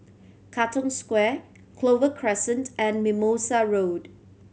Katong Square Clover Crescent and Mimosa Road